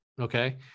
Okay